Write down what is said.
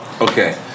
Okay